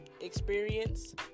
experience